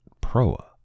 proa